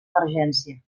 emergència